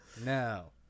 No